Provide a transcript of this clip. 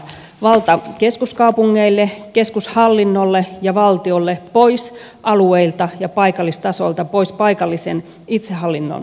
valta keskuskaupungeille keskushallinnolle ja valtiolle pois alueilta ja paikallistasolta pois paikallisen itsehallinnon käsistä